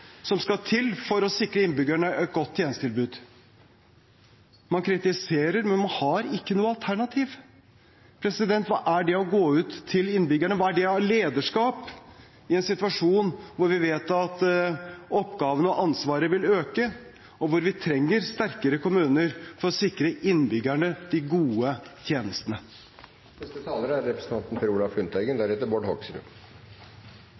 som skal til for å sikre innbyggerne et godt tjenestetilbud? Man kritiserer, men man har ikke noe alternativ. Hva er det å gå ut med til innbyggerne, hva er det av lederskap i en situasjon hvor vi vet at oppgavene og ansvaret vil øke, og hvor vi trenger sterkere kommuner for å sikre innbyggerne de gode tjenestene? Senterpartiet har alternativet, og det er